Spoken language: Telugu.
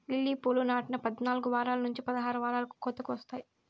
లిల్లీ పూలు నాటిన పద్నాలుకు వారాల నుంచి పదహారు వారాలకు కోతకు వస్తాయి